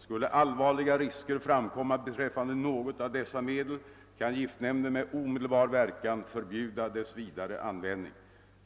Skulle allvarliga risker framkomma beträffande något av dessa medel kan giftnämnden med omedelbar verkan förbjuda dess vidare användning.